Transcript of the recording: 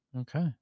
Okay